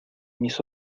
mis